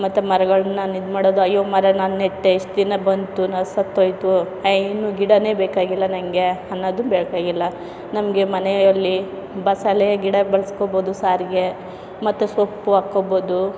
ಮತ್ತು ಮರಗಳನ್ನ ನಾನಿದು ಮಾಡೋದು ಅಯ್ಯೋ ಮರ ನಾನು ನೆಟ್ಟೆ ಇಷ್ಟು ದಿನ ಬಂತು ನಾ ಸತ್ತೋಯ್ತು ಇನ್ನು ಗಿಡವೇ ಬೇಕಾಗಿಲ್ಲ ನನಗೆ ಅನ್ನೋದು ಬೇಕಾಗಿಲ್ಲ ನಮಗೆ ಮನೆಯಲ್ಲಿ ಬಸಳೆ ಗಿಡ ಬೆಳೆಸ್ಕೋಬೋದು ಸಾರಿಗೆ ಮತ್ತು ಸೊಪ್ಪು ಹಾಕ್ಕೋಬೋದು